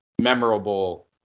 memorable